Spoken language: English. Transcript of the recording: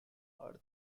earth